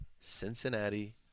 Cincinnati